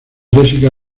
jessica